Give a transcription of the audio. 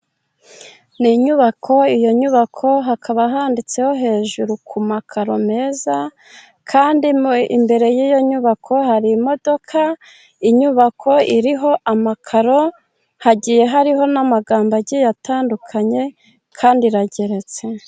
Ni inyubako iyo nyubako hakaba handitseho hejuru ku makaro meza, kandi imbere y'iyo nyubako hari imodoka. Inyubako iriho amakaro, hagiye hariho n'amagambo agiye atandukanye kandi irageretse.